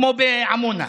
כמו בעמונה.